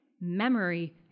memory